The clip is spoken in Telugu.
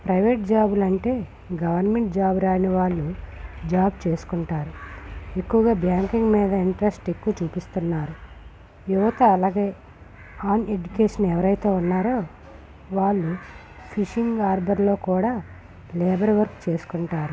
ప్రైవేట్ జాబులు అంటే గవర్నమెంట్ జాబ్ రాని వాళ్ళు జాబ్ చేసుకుంటారు ఎక్కువగా బ్యాంకింగ్ మీద ఇంట్రస్ట్ ఎక్కువ చూపిస్తున్నారు యువత అలాగే అన్ఎడ్యుకేషన్ ఎవరైతే ఉన్నారో వాళ్ళు ఫిషింగ్ హార్బర్లో కూడా లేబర్ వర్క్ చేసుకుంటారు